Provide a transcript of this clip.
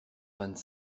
vingt